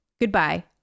Goodbye